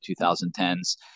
2010s